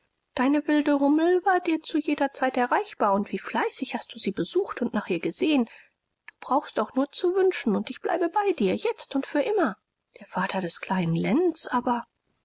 deine wilde hummel war dir zu jeder zeit erreichbar und wie fleißig hast du sie besucht und nach ihr gesehen du brauchst auch nur zu wünschen und ich bleibe bei dir jetzt und für immer der vater des kleinen lenz aber